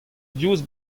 diouzh